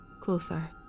Closer